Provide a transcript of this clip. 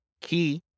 key